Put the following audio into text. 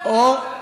איפה יש דבר כזה?